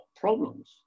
problems